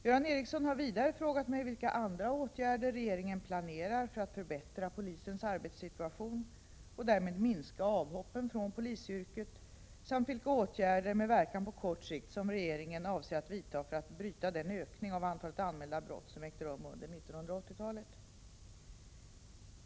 Göran Ericsson har vidare frågat mig vilka andra åtgärder regeringen planerar för att förbättra polisens arbetssituation och därmed minska avhoppen från polisyrket samt vilka åtgärder med verkan på kort sikt regeringen avser att vidta för att bryta den ökning av antalet anmälda brott som ägt rum under 1980-talet.